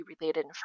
related